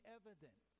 evident